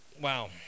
wow